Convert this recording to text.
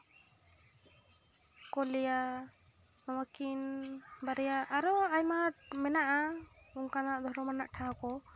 ᱠᱚ ᱞᱟᱹᱭᱟ ᱱᱚᱣᱟ ᱠᱤᱱ ᱵᱟᱨᱭᱟ ᱟᱨᱚ ᱟᱭᱢᱟ ᱢᱮᱱᱟᱜᱼᱟ ᱚᱱᱠᱟᱱᱟᱜ ᱫᱷᱚᱨᱚᱢᱟᱱᱟᱜ ᱴᱷᱟᱶ ᱠᱚ